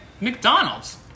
McDonald's